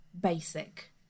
basic